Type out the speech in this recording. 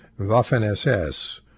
Waffen-SS